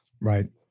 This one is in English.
Right